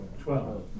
Twelve